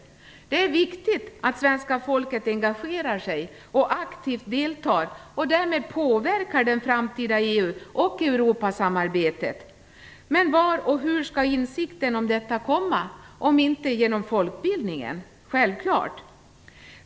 Det är viktigt att svenska folket engagerar sig och aktivt deltar och därmed påverkar det framtida EU och Europasamarbetet. Men var och hur skall insikten om detta komma, om inte genom folkbildningen? Självklart!